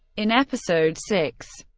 in episode six,